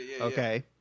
Okay